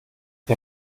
der